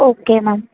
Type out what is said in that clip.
okay ma'am